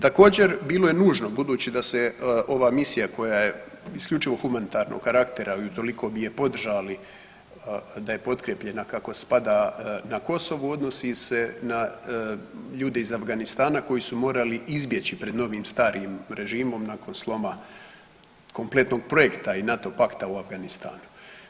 Također bilo je nužno budući da se ova misija koja je isključivo humanitarnog karaktera i utoliko bi je podržali da je potkrijepljena kako spada na Kosovu odnosi se na ljude iz Afganistana koji su morali izbjeći pred novim starim režimom nakon sloma kompletnog projekta i NATO pakta u Afganistanu.